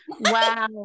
Wow